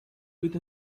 with